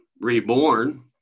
reborn